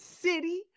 City